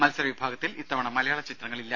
മത്സര വിഭാഗത്തിൽ ഇത്തവണ മലയാള ചിത്രങ്ങളില്ല